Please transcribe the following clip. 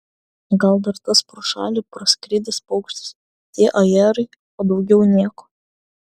gal dar tas pro šalį praskridęs paukštis tie ajerai o daugiau nieko